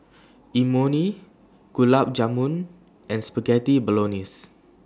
Imoni Gulab Jamun and Spaghetti Bolognese